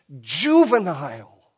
juvenile